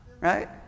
right